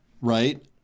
right